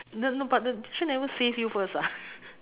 no no but the teacher never save you first ah